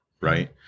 right